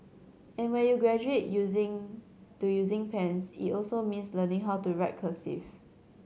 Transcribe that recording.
and when you graduate using to using pens it also means learning how to write cursive